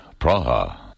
Praha